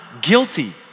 guilty